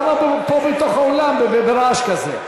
למה פה בתוך האולם וברעש כזה?